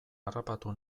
harrapatu